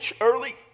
early